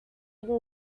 eaten